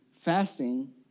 fasting